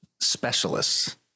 specialists